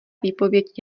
výpověď